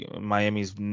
Miami's